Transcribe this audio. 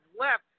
left